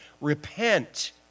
Repent